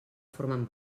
formen